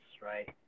right